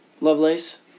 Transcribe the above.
Lovelace